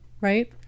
right